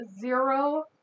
zero